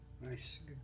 Nice